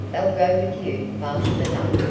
they'll go with you fast enough,